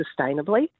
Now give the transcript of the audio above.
sustainably